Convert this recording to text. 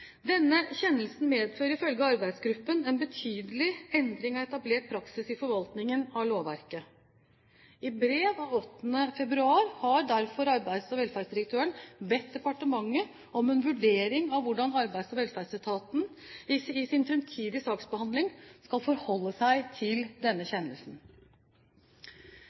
Denne kjennelsen medfører ifølge arbeidsgruppen en betydelig endring av etablert praksis i forvaltningen av lovverket. I brev av 8. februar har derfor arbeids- og velferdsdirektøren bedt departementet om en vurdering av hvordan Arbeids- og velferdsetaten i sin framtidige saksbehandling skal forholde seg til denne kjennelsen.